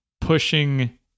pushing